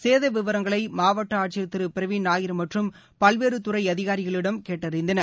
சேத விவரங்களை மாவட்ட ஆட்சியர் திரு பிரவீன் நாயர் மற்றம் பல்வேறு துறை அதிகாரிகளிடம் கேட்டறிந்தனர்